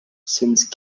since